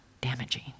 damaging